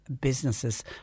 businesses